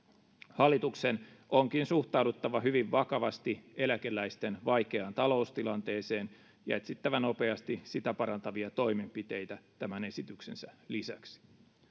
hallituksen onkin suhtauduttava hyvin vakavasti eläkeläisten vaikeaan taloustilanteeseen ja etsittävä nopeasti sitä parantavia toimenpiteitä tämän esityksensä lisäksi